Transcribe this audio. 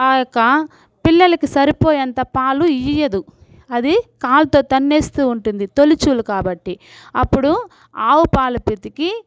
ఆ యొక్క పిల్లలకు సరిపోయే అంత పాలు ఇయ్యదు అది కాళ్తో తన్నేస్తూ ఉంటుంది తొలిచూలు కాబట్టి అప్పుడు ఆవు పాలు పితికి